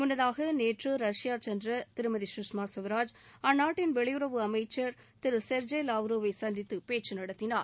முன்னதாக நேற்று ரஷ்யா சென்ற திருமதி சுஷ்மா ஸ்வராஜ் அந்நாட்டின் வெளியுறவு அமைச்சர் திரு ஜெர்ரி லாவ்ரோவை சந்தித்து பேச்சு நடத்தினார்